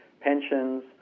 pensions